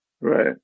Right